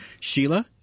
Sheila